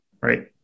right